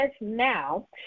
now